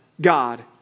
God